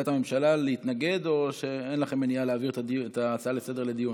עמדת הממשלה להתנגד או שאין מניעה להעביר את ההצעה לסדר-היום לדיון?